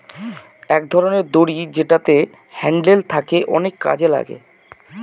এক ধরনের দড়ি যেটাতে হ্যান্ডেল থাকে অনেক কাজে লাগে